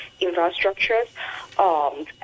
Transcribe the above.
infrastructures